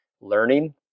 learning